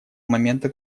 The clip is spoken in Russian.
момента